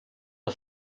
der